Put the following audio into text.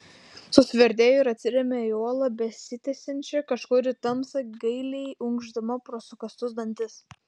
susverdėjo ir atsirėmė į uolą besitęsiančią kažkur į tamsą gailiai unkšdama pro sukąstus dantis